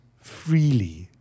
freely